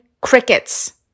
crickets